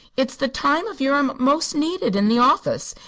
it's the time of year i'm most needed in the office,